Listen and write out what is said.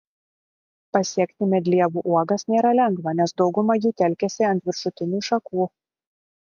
pasiekti medlievų uogas nėra lengva nes dauguma jų telkiasi ant viršutinių šakų